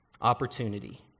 opportunity